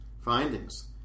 findings